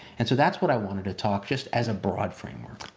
and so that's what i wanted to talk just as a broad framework.